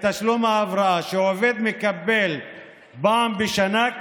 גם את תשלום ההבראה שעובד מקבל פעם בשנה,